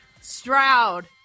stroud